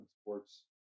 sports